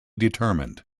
determined